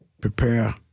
prepare